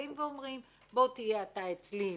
באים ואומרים: בוא תהיה אתה אצלי בקואליציה,